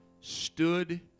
stood